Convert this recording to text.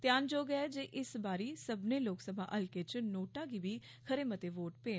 ध्यानजोग ऐ जे इस बारी सब्मनें लोकसभा हलकें च नोटा गी बी खरे मते वोट पे न